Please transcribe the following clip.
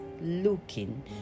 looking